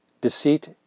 deceit